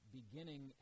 beginning